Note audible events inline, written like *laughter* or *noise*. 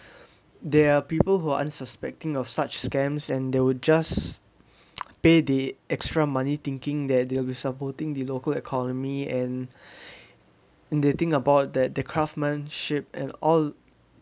there are people who are unsuspecting of such scams and they would just *noise* pay the extra money thinking that they'll be supporting the local economy and and they think about that the craftsmanship and all